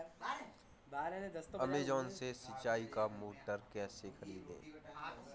Amazon से सिंचाई का मोटर कैसे खरीदें?